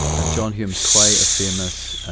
and john hume's quite a famous,